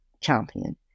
Champion